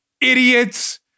Idiots